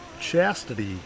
chastity